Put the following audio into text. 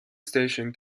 station